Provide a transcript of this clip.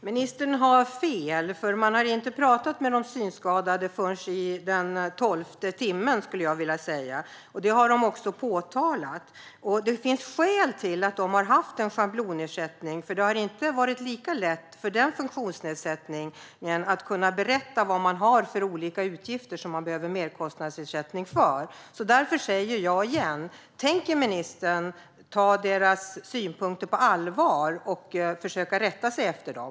Herr talman! Ministern har fel. Man har inte talat med de synskadade förrän i den tolfte timmen, skulle jag vilja säga. Detta har de också påtalat. Det finns skäl till att de synskadade har haft en schablonersättning. Det har inte varit lika lätt för människor med denna funktionsnedsättning att kunna berätta vilka olika utgifter de har som de behöver merkostnadsersättning för. Därför frågar jag igen: Tänker ministern ta deras synpunkter på allvar och försöka att rätta sig efter dem?